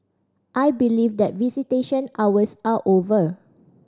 I believe that visitation hours are over